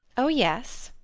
oh yes!